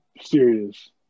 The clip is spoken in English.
serious